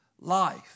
life